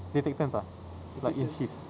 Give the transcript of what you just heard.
they take turns ah like in six